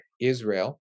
Israel